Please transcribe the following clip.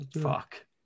Fuck